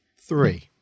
three